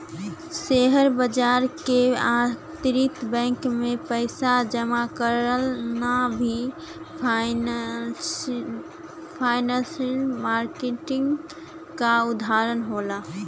share बाजार के अतिरिक्त बैंक में पइसा जमा करना भी फाइनेंसियल मार्किट क उदाहरण हउवे